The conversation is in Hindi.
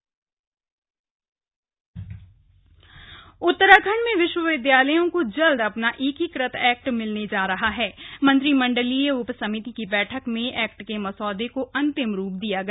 स्लग अंब्रेला एक्ट उत्तराखंड में विश्वविद्यालयों कक्ष जल्द अपना एकीकृत एक्ट मिलने जा रहा है मंत्रिमंडलीय उपसमिति की बैठक में एक्ट के मसौदे क अंतिम रूप दिया गया